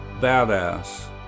badass